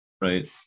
Right